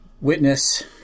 Witness